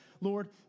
Lord